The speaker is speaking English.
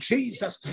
Jesus